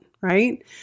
right